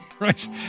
right